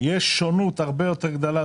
יש שונות הרבה יותר גדולה.